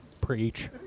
Preach